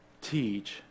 teach